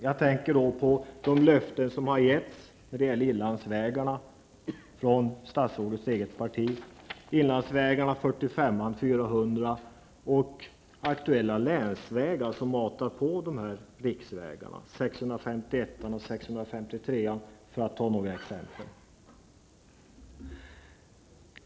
Jag tänker på de löften som har givits från statsrådets eget parti beträffande inlandsvägarna nr 45 och 400 och de länsvägar som är matarleder till dessa riksvägar, t.ex. nr 651 och 653.